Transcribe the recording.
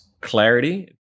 clarity